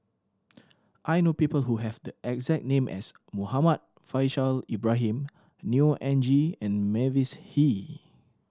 I know people who have the exact name as Muhammad Faishal Ibrahim Neo Anngee and Mavis Hee